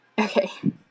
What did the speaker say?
okay